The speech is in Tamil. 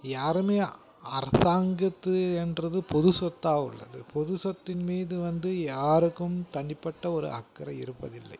யாருமே அரசாங்கத்து என்றது பொதுச் சொத்தாக உள்ளது பொது சொத்தின் மீது வந்து யாருக்கும் தனிப்பட்ட ஒரு அக்கறை இருப்பதில்லை